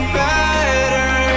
better